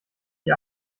die